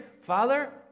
Father